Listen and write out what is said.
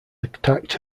attacked